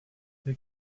they